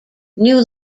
new